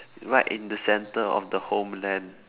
right in the center of the homeland